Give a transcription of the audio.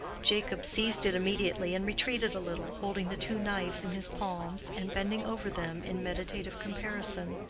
jacob seized it immediately and retreated a little, holding the two knives in his palms and bending over them in meditative comparison.